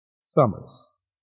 summers